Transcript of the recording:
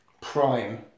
prime